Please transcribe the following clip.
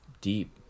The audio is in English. deep